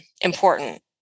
important